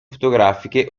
fotografiche